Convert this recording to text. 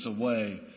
away